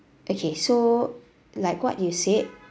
okay so like what you said